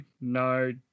no